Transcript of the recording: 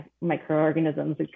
microorganisms